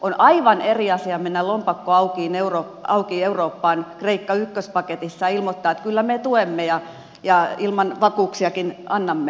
on aivan eri asia mennä lompakko auki eurooppaan kreikka ykköspaketissa ja ilmoittaa että kyllä me tuemme ja ilman vakuuksiakin annamme